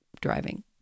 driving